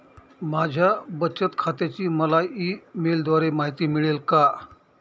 माझ्या बचत खात्याची मला ई मेलद्वारे माहिती मिळेल का?